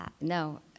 no